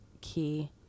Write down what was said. key